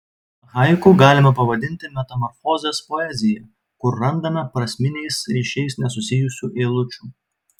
haiku galime pavadinti metamorfozės poeziją kur randame prasminiais ryšiais nesusijusių eilučių